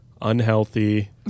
unhealthy